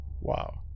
Wow